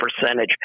percentage